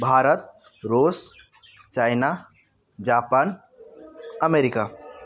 ଭାରତ ଋଷ୍ China Japan America